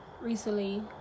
recently